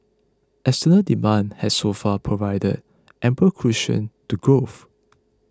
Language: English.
external demand has so far provided ample cushion to growth